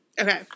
Okay